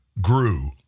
grew